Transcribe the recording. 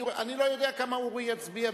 ואני לא יודע כמה אורי ידבר,